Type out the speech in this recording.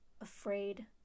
afraid